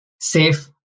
safe